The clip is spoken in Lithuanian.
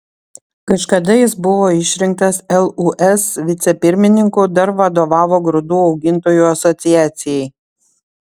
kažkada jis buvo išrinktas lūs vicepirmininku dar vadovavo grūdų augintojų asociacijai